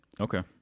Okay